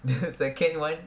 the second one